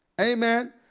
Amen